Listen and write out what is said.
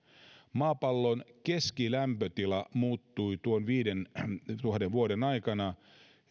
maapallon keskilämpötila lämpeni tuon viidentuhannen vuoden aikana